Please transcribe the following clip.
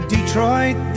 Detroit